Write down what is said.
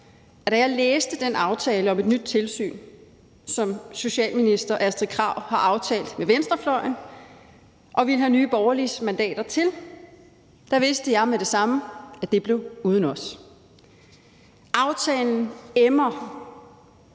da jeg læste den aftale om et nyt tilsyn, som socialministeren har aftalt med venstrefløjen og ville have Nye Borgerliges mandater til, vidste jeg med det samme, at det blev uden os. Aftalen emmer